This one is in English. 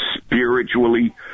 spiritually